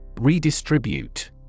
Redistribute